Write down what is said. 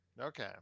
okay